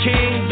King